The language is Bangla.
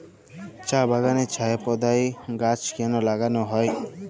চা বাগানে ছায়া প্রদায়ী গাছ কেন লাগানো হয়?